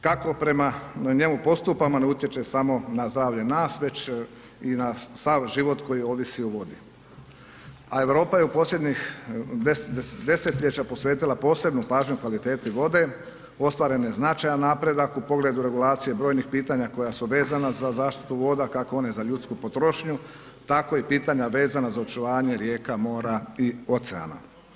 Kako prema njemu postupamo ne utječe samo na zdravlje nas, već i na sav život koji ovisi o vodi, a Europa je u posljednjih desetljeća posvetila posebnu pažnju kvaliteti vode, ostvaren je značajan napredak u pogledu regulacije brojnih pitanja koja su veza za zaštitu voda kako one za ljudsku potrošnju, tako i pitanja vezana za očuvanje rijeka, mora i oceana.